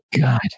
god